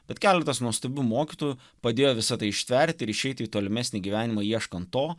bet keletas nuostabių mokytojų padėjo visa tai ištverti ir išeiti į tolimesnį gyvenimą ieškant to